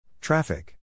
traffic